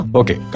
okay